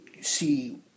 see